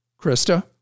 Krista